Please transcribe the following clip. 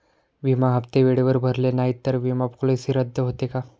विमा हप्ते वेळेवर भरले नाहीत, तर विमा पॉलिसी रद्द होते का?